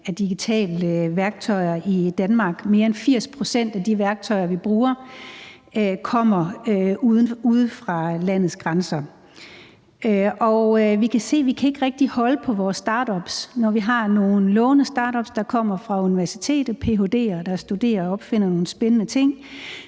af digitale værktøjer i Danmark. Mere end 80 pct. af de værktøjer, vi bruger, kommer fra steder uden for landets grænser. Vi kan se, at vi ikke rigtig kan holde på vores startups. Når vi har nogle lovende startups, der kommer fra universitetet – ph.d.er, der studerer og opfinder nogle spændende ting